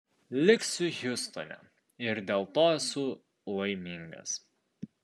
liksiu hjustone ir dėl to esu laimingas